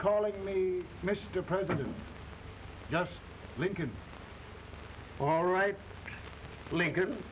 calling me mr president just lincoln all right lincoln